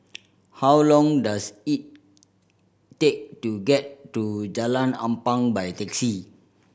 how long does it take to get to Jalan Ampang by taxi